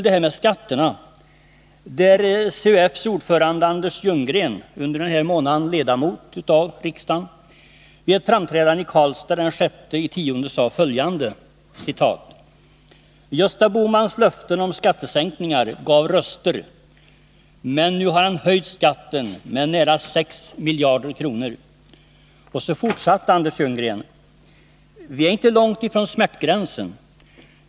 det här med skatterna, där CUF:s ordförande Anders Ljunggren —- under denna månad ledamot av riksdagen — vid ett framträdande i Karlstad den 6 oktober sade: Gösta Bohmans löften om skattesänkningar gav röster. Men nu har han höjt skatten med nära 6 miljarder kronor. Och så fortsatte Anders Ljunggren: Vi är inte långt ifrån smärtgränsen.